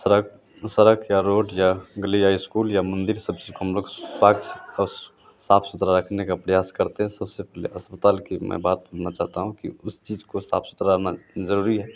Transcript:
सड़क सड़क या रोड या गली या इस्कूल या मन्दिर सब चीज़ को हम लोग स्वच्छ और साफ सुथरा रखने का प्रयास करते हैं सबसे पहले अस्पताल की मैं बात करना चाहता हूँ कि उस चीज़ का साफ सुथरा रहना ज़रूरी है